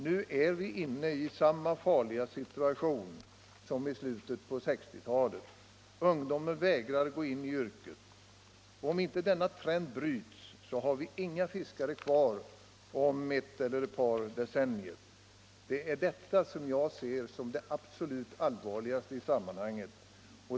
Nu är vi inne i samma farliga situation som i slutet på 1960-talet. Ungdomen vägrar att gå in i yrket. Om inte denna trend bryts har vi inga fiskare kvar om ett eller ett par decennier. Det är detta som jag ser som det absolut allvarligaste i sammanhanget.